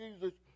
Jesus